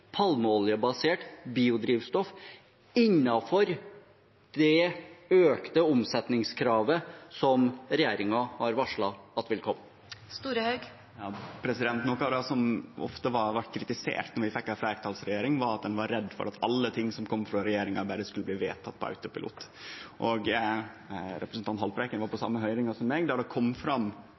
palmeoljebasert biodrivstoff innenfor det økte omsetningskravet som regjeringen har varslet vil komme. Noko av det som ofte har vore kritisert etter at vi fekk ei fleirtalsregjering, går på at ein var redd for at alle ting som kom frå regjeringa, berre skulle bli vedtekne på autopilot. Representanten Haltbrekken var på den same høyringa som meg, der det kom fram